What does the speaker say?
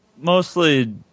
Mostly